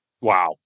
Wow